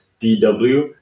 DW